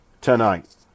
tonight